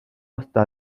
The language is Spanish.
hasta